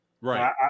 right